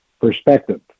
perspective